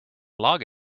log